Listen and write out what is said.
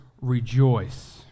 rejoice